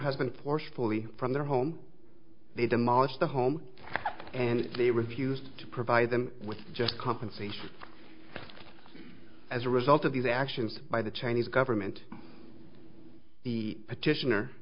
husband forcefully from their home they demolished the home and they refused to provide them with just compensation as a result of these actions by the chinese government the petition